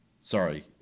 sorry